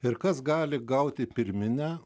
ir kas gali gauti pirminę